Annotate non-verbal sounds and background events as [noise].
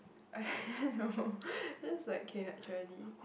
[laughs] no this is like okay naturally